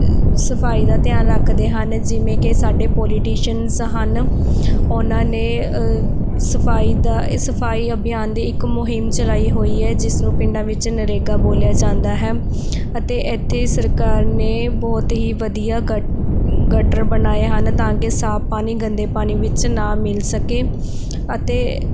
ਸਫਾਈ ਦਾ ਧਿਆਨ ਰੱਖਦੇ ਹਨ ਜਿਵੇਂ ਕਿ ਸਾਡੇ ਪੋਲੀਟੀਸ਼ੀਅਨਜ਼ ਹਨ ਉਹਨਾਂ ਨੇ ਸਫਾਈ ਦਾ ਸਫਾਈ ਅਭਿਆਨ ਦੇ ਇੱਕ ਮੁਹਿੰਮ ਚਲਾਈ ਹੋਈ ਹੈ ਜਿਸ ਨੂੰ ਪਿੰਡਾਂ ਵਿੱਚ ਨਰੇਗਾ ਬੋਲਿਆ ਜਾਂਦਾ ਹੈ ਅਤੇ ਇੱਥੇ ਸਰਕਾਰ ਨੇ ਬਹੁਤ ਹੀ ਵਧੀਆ ਗੱਟ ਗੱਟਰ ਬਣਾਏ ਹਨ ਤਾਂ ਕਿ ਸਾਫ ਪਾਣੀ ਗੰਦੇ ਪਾਣੀ ਵਿੱਚ ਨਾ ਮਿਲ ਸਕੇ ਅਤੇ